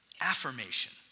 Affirmation